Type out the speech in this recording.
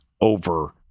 over